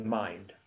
mind